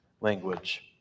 language